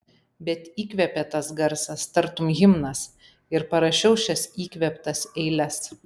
bet įkvėpė tas garsas tartum himnas ir parašiau šias įkvėptas eiles